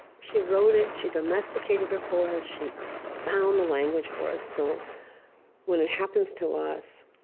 she wrote it. she domesticated it for us. she found the language for it. so when it happens to us,